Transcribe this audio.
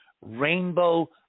rainbow